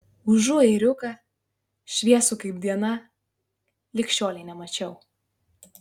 užu ėriuką šviesų kaip diena lig šiolei nemačiau